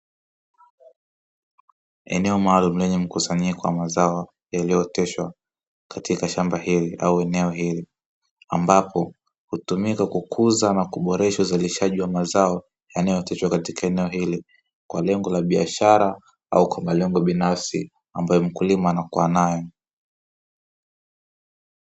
Eneo maalumu lenye mkusanyiko wa mazao ualiyo oteshwa katika shamba hili ambako hutumika kukuza na kuboreshwa katika eneo hili kwa lengo la biashara au malengo binafsi ambayo mkulima anakua nayo.